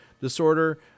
disorder